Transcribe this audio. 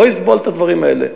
לא אסבול את הדברים האלה,